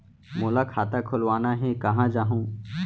मोला खाता खोलवाना हे, कहाँ जाहूँ?